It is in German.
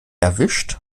erwischt